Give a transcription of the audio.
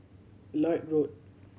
Lloyd Road